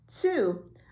Two